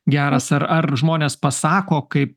geras ar ar žmonės pasako kai